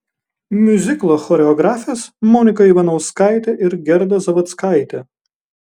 miuziklo choreografės monika ivanauskaitė ir gerda zavadzkaitė